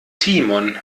timon